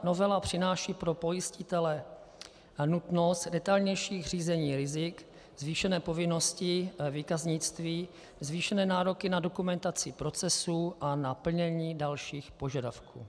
Novela přináší pro pojistitele nutnost detailnějších řízení rizik, zvýšené povinnosti výkaznictví, zvýšené nároky na dokumentaci procesů a na plnění dalších požadavků.